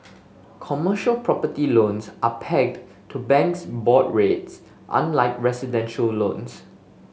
commercial property loans are pegged to banks' board rates unlike residential loans